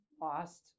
lost